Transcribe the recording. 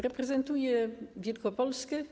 Reprezentuję Wielkopolskę.